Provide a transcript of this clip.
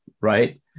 right